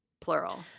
plural